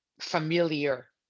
familiar